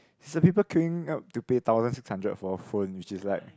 some people queuing up to pay thousand six hundred for a phone which is like